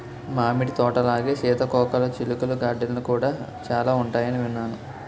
మామిడి తోటలాగే సీతాకోకచిలుకల గార్డెన్లు కూడా చాలా ఉంటాయని విన్నాను